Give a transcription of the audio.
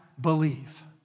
believe